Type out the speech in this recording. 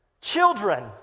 Children